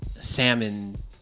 salmon